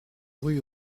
rue